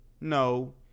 No